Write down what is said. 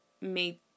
made